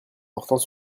portant